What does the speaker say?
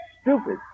stupid